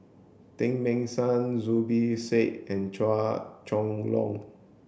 Teng Mah Seng Zubir Said and Chua Chong Long